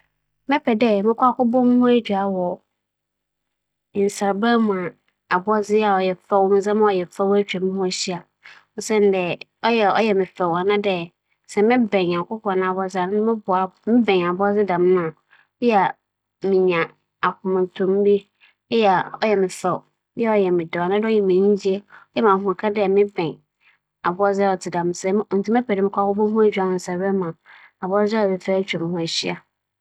Mebɛpɛ dɛ mobͻkͻ bea abͻdze fɛfɛɛfɛw etwa moho ehyia kyɛn dɛ mobͻkͻ ahͻhobea hͻ yɛ fɛw na m'aka da hͻ anadwe fa kortsee. Siantsir nye dɛ, hͻ dze wͻbɛgye me sika na mbom bea Nyame na wͻayɛ no, obiara renngye me sika wͻ hͻ. Afei so mfonyin a mobotum etwitwa dɛ ͻyɛ nsu, mbowa, na nhyiren fɛfɛɛfɛw nyina mobotum dze ato mo "phone" do.